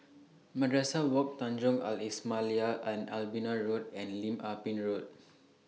Madrasah Wak Tanjong Al Islamiah Allenby Road and Lim Ah Pin Road